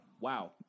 Wow